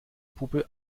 puppe